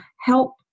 help